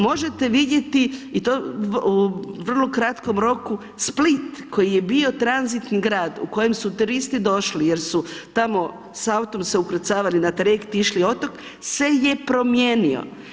Možete vidjeti i to u vrlo kratkom roku, Split koji je bio tranzitni grad u kojem su turisti došli jer su tamo s autom se ukrcavali na trajekt i išli na otok se je promijenio.